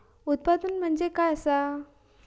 उत्पादन म्हणजे काय असा?